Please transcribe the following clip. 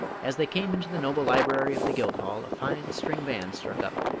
as they came into the noble library of the guildhall a fine string band struck up,